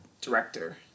director